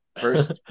first